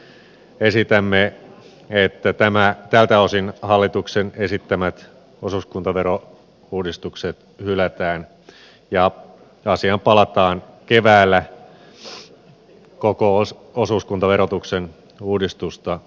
siksi esitämme että tältä osin hallituksen esittämät osuuskuntaverouudistukset hylätään ja asiaan palataan keväällä koko osuuskuntaverotuksen uudistusta koskien